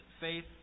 faith